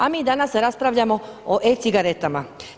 A mi danas raspravljamo o e-cigaretama.